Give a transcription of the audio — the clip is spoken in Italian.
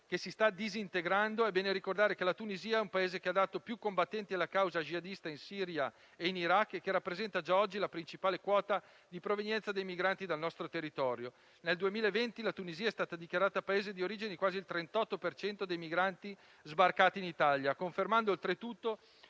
che si sta disintegrando, è bene ricordare che la Tunisia è il Paese che ha dato più combattenti alla causa jihadista, in Siria e in Iraq, e che rappresenta già oggi la principale quota di provenienza dei migranti nel nostro territorio. Nel 2020 la Tunisia è stata dichiarata Paese di origine di quasi il 38 per cento dei migranti sbarcati in Italia, confermando oltretutto